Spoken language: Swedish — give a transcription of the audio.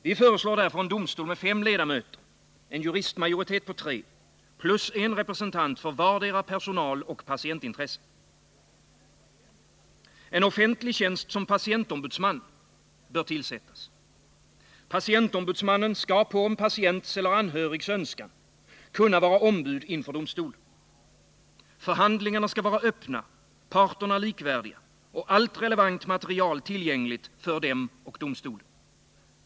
Vi föreslår därför en domstol med fem ledamöter, en juristmajoritet på tre plus en representant för vartdera personaloch patientintresset. En offentlig tjänst som patientombudsman bör tillsättas. Patientombudsmannen skall på patients eller anhörigs önskan kunna vara ombud inför domstolen. Förhandlingarna skall vara öppna, parterna likvärdiga och allt relevant material tillgängligt för dem och domstolen.